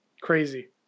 Crazy